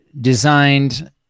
designed